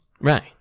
Right